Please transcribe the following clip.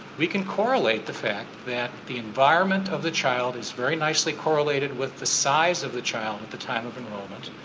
we can correlate the fact that the environment of the child is very nicely correlated with the size of the child at the time of enrolment.